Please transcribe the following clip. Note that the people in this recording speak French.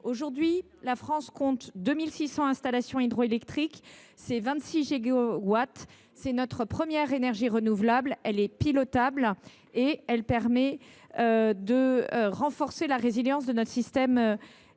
Aujourd’hui, la France compte 2 600 installations hydroélectriques : cela représente 26 gigawatts. C’est notre première énergie renouvelable : celle ci est pilotable et permet de renforcer la résilience de notre système électrique.